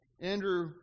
Andrew